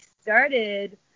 started